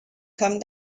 come